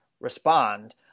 respond